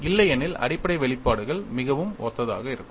இல்லையெனில் அடிப்படை வெளிப்பாடுகள் மிகவும் ஒத்ததாக இருக்கும்